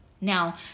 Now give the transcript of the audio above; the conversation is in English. Now